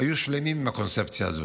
היו שלמות עם הקונספציה הזו,